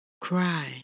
Cry